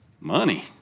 money